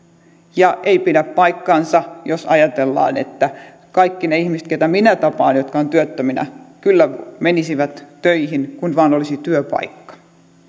ja ei pidä paikkaansa jos ajatellaan että kaikki ne ihmiset ketä minä tapaan jotka ovat työttöminä kyllä menisivät töihin kun vain olisi työpaikka